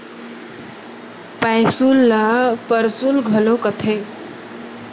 पैसुल ल परसुल घलौ कथें